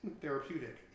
Therapeutic